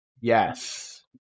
Yes